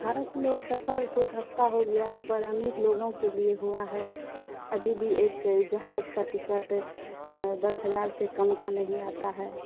بھارت میں سفر تو سستا ہو گیا ہے پر امیر لوگوں کے لیے ہوا ہے ابھی بھی ایک جہاز کا ٹکٹ دس ہزار سے کم کا نہیں آتا ہے